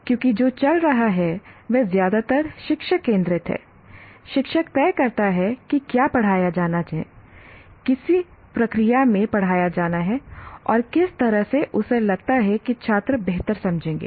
क्योंकि जो चल रहा है वह ज्यादातर शिक्षक केंद्रित है शिक्षक तय करता है कि क्या पढ़ाया जाना है किस प्रक्रिया में पढ़ाया जाना है और किस तरह से उसे लगता है कि छात्र बेहतर समझेंगे